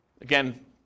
Again